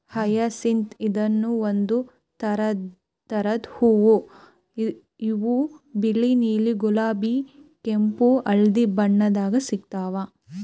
hyacinth ಇದೂನು ಒಂದ್ ಥರದ್ ಹೂವಾ ಇವು ಬಿಳಿ ನೀಲಿ ಗುಲಾಬಿ ಕೆಂಪ್ ಹಳ್ದಿ ಬಣ್ಣದಾಗ್ ಸಿಗ್ತಾವ್